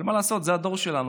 אבל מה לעשות, זה הדור שלנו.